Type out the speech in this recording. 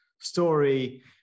story